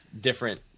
different